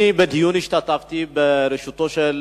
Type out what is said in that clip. השתתפתי בדיון בראשותו של